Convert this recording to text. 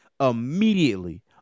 immediately